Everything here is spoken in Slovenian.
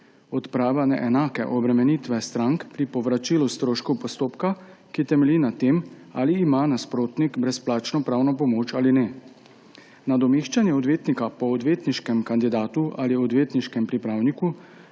odprava neenake obremenitve strank pri povračilu stroškov postopka, ki temelji na tem, ali ima nasprotnik brezplačno pravno pomoč ali ne. Nadomeščanje odvetnika po odvetniškem kandidatu ali odvetniškem pripravniku